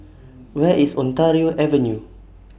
Where IS Ontario Avenue